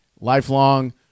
Lifelong